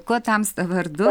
kuo tamsta vardu